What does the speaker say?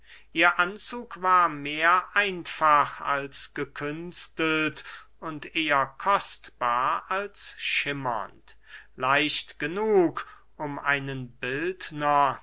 ihr anzug war mehr einfach als gekünstelt und eher kostbar als schimmernd leicht genug um einen bildner